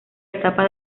etapa